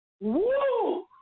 Woo